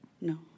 No